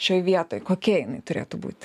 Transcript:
šioj vietoj kokia jinai turėtų būti